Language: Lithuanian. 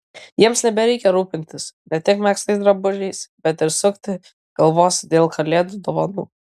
jiems nebereikia rūpintis ne tik megztais drabužiais bet ir sukti galvos dėl kalėdų dovanų